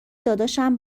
داداشم